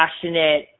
passionate